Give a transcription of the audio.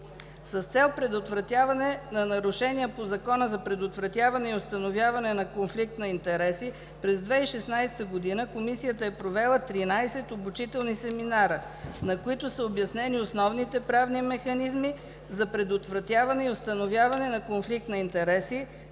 С цел предотвратяване на нарушения по Закона за предотвратяване и установяване на конфликт на интереси през 2016 г. Комисията е провела 13 обучителни семинара, на които са обяснени основните правни механизми за предотвратяване и установяване на конфликт на интереси,